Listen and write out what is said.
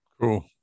Cool